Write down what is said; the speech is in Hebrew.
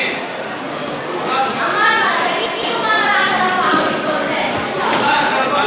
אני יודעת לאן אתה, בפעם הבאה אני גם אגיע לשם.